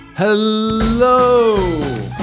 Hello